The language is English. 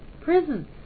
prisons